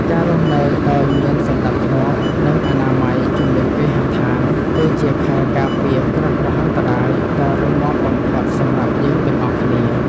ការរស់នៅដោយមានសណ្តាប់ធ្នាប់ និងអនាម័យជុំវិញគេហដ្ឋាន គឺជាខែលការពារគ្រោះមហន្តរាយដ៏រឹងមាំបំផុតសម្រាប់យើងទាំងអស់គ្នា។